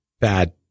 bad